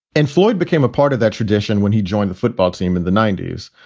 and floyd became a part of that tradition when he joined the football team in the ninety s.